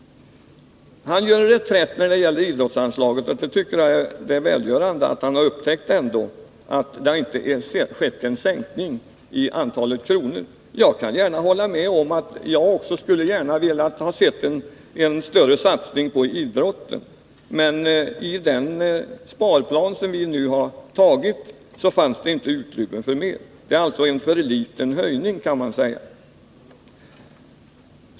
Han gör en reträtt när det gäller idrottsanslaget, och jag tycker det är välgörande att han upptäckt att det inte skett en sänkning i antalet kronor. Jag skulle också gärna ha sett en större satsning på idrotten, men i den sparplan vi nu har antagit fanns det inte utrymme för mer. Det är alltså en för liten höjning, kan man säga.